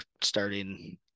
starting